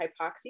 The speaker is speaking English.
hypoxia